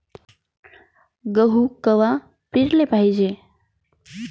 गहू कवा पेराले पायजे?